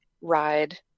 ride